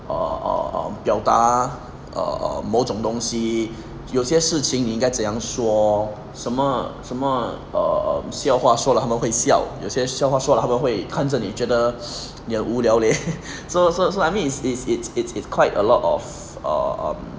err err um 表达某种东西有些事情应该怎样说什么什么 err 笑话他们说了他们会笑有些笑话说了他们会看这你觉得你很无聊 leh so so so I mean it's it's it's it's quite a lot of err um